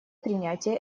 принятие